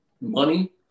money